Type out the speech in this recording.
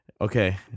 Okay